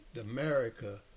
America